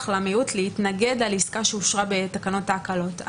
למיעוט להתנגד על עסקה שאושרה בתקנות ההקלות.